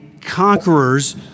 conquerors